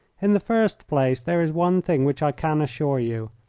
in the first place, there is one thing which i can assure you.